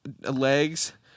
legs